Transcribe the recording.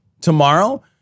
tomorrow